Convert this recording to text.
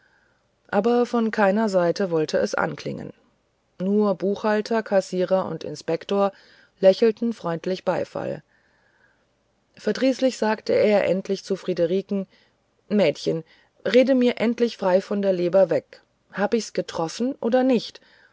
aber von keiner seite wollte es anklingen nur buchhalter kassierer und inspektor lächelten freundlichen beifall verdrießlich sagte er endlich zu friederiken mädchen rede mir endlich frei von der leber weg hab ich's getroffen oder nicht